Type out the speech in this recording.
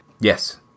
Yes